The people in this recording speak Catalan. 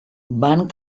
van